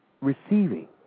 receiving